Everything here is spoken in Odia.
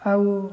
ଆଉ